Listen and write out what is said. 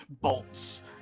bolts